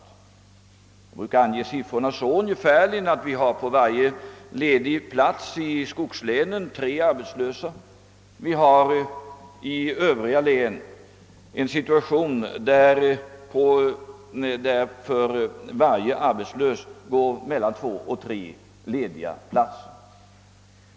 Vi brukar ange siffrorna så, att det på varje ledig plats i skogslänen går ungefär tre arbetslösa, medan man i övriga län har två, tre lediga platser på varje arbetslös.